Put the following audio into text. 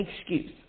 excuse